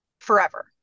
forever